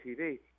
TV